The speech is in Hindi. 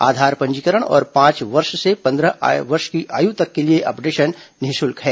आधार पंजीकरण और पांच वर्ष से पन्द्रह वर्ष की आयु तक के लिए अपडेशन निःशुल्क है